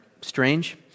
strange